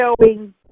showing